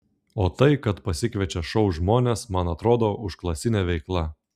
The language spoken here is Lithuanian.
o tai kad pasikviečia šou žmones man atrodo užklasinė veikla